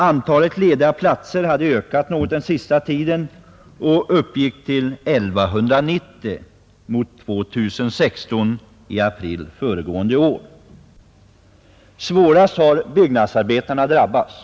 Antalet lediga platser hade ökat något och uppgick till 1190 mot 2016 i april förra året. Svårast har byggnadsarbetarna drabbats.